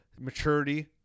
maturity